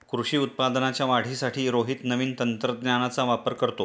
कृषी उत्पादनाच्या वाढीसाठी रोहित नवीन तंत्रज्ञानाचा वापर करतो